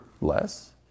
less